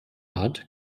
hat